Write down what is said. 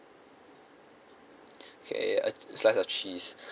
okay uh slice of cheese